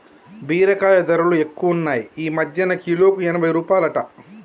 బీరకాయ ధరలు ఎక్కువున్నాయ్ ఈ మధ్యన కిలోకు ఎనభై రూపాయలట